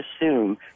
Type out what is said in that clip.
assume